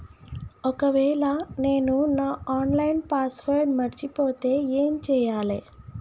ఒకవేళ నేను నా ఆన్ లైన్ పాస్వర్డ్ మర్చిపోతే ఏం చేయాలే?